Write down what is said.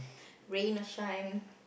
rain or shine